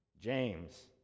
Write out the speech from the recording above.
James